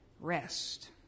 Rest